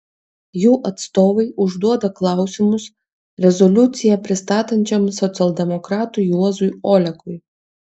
jų atstovai užduoda klausimus rezoliuciją pristatančiam socialdemokratui juozui olekui